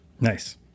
Nice